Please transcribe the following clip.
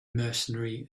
mercenary